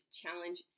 Challenge